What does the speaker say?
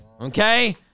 Okay